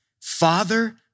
Father